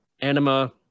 anima